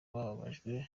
babajijwe